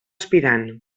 aspirant